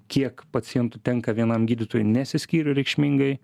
kiek pacientų tenka vienam gydytojui nesiskyrė reikšmingai